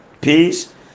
peace